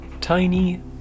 tiny